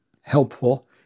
helpful